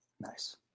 Nice